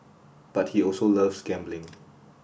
but he also loves gambling